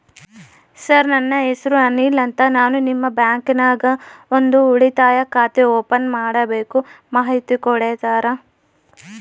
Sir ನನ್ನ ಹೆಸರು ಅನಿಲ್ ಅಂತ ನಾನು ನಿಮ್ಮ ಬ್ಯಾಂಕಿನ್ಯಾಗ ಒಂದು ಉಳಿತಾಯ ಖಾತೆ ಓಪನ್ ಮಾಡಬೇಕು ಮಾಹಿತಿ ಕೊಡ್ತೇರಾ?